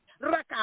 Raka